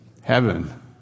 Heaven